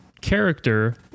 Character